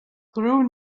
through